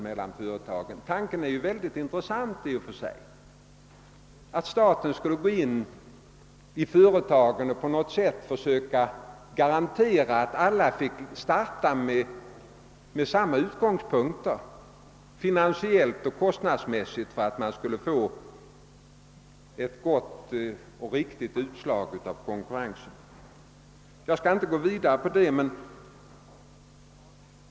Den tanken är i och för sig mycket intressant, att staten på något sätt skulle gå in i företagen och försöka garantera att alla fick starta från samma utgångspunkter finansiellt och kostnadsmässigt, varigenom man skulle få ett riktigt utslag av konkurrensen. Jag skall inte spinna vidare på den tanken.